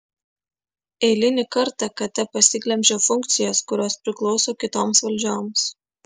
eilinę kartą kt pasiglemžia funkcijas kurios priklauso kitoms valdžioms